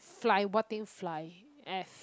fly what thing fly F